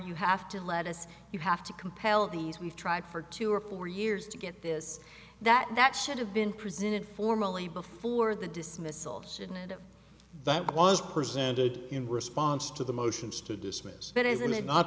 you have to let us you have to compel these we've tried for two or four years to get this that that should have been presented formally before the dismissal of sin and that was presented in response to the motions to dismiss it isn't it not